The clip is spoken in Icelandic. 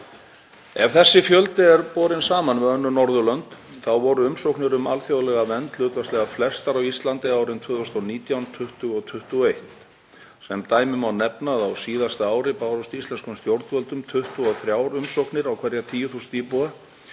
Ef þessi fjöldi er borinn saman við önnur Norðurlönd voru umsóknir um alþjóðlega vernd hlutfallslega flestar á Íslandi árin 2019, 2020 og 2021. Sem dæmi má nefna að á síðasta ári bárust íslenskum stjórnvöldum 23 umsóknir á hverja 10.000 íbúa